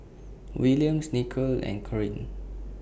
Williams Nicolle and Corine